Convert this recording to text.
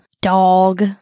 dog